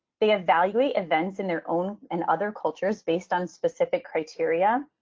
they evaluate events in their own and other cultures based on specific criteria.